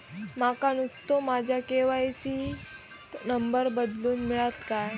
माका नुस्तो माझ्या के.वाय.सी त नंबर बदलून मिलात काय?